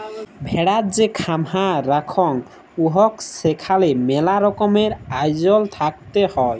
ভেড়ার যে খামার রাখাঙ হউক সেখালে মেলা রকমের আয়জল থাকত হ্যয়